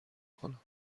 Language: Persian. کنم